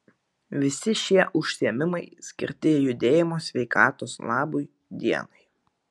visi šie užsiėmimai skirti judėjimo sveikatos labui dienai